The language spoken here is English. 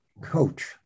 coach